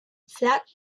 flat